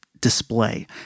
display